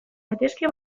gaitezke